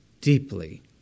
deeply